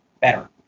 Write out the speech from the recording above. better